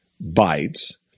bites